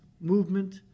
movement